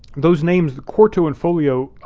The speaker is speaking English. those names, quarto and folio,